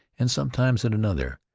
and sometimes at another,